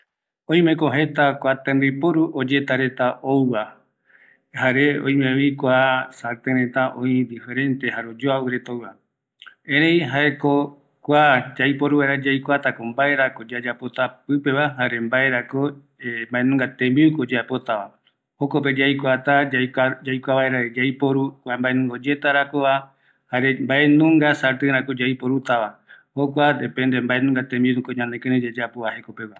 öime jeta tembiporu cocinapegua ouva, kua sarten reta jouvi jetape oyoavɨ, yaikuata mbae tembiuko oyeapota, yaeka vaera kua tembiporu, öimeta yaikua mbaenunga tembiu yayapotava